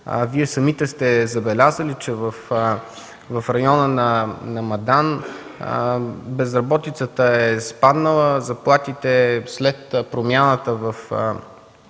Вие самите сте забелязали, че в района на Мадан безработицата е спаднала. След промяната в